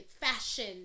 fashion